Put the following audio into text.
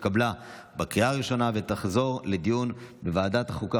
התקבלה בקריאה ראשונה ותחזור לדיון בוועדת החוקה,